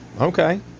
Okay